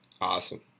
Awesome